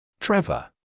Trevor